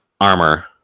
armor